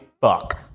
fuck